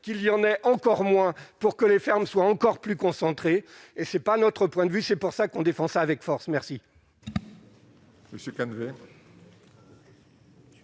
qu'il y en ait encore moins pour que les fermes soient encore plus concentré et c'est pas notre point de vue, c'est pour ça qu'on défend avec force merci.